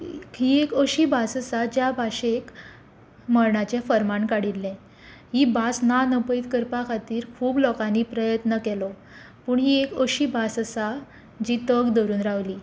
ही एक अशी भास आसा ज्या भाशेक मर्णाचें फर्माण काडिल्लें ही भास ना नपयत करपा खातीर खूब लोकांनी प्रयत्न केलो पूण ही एक अशी भास आसा जी तग धरून रावली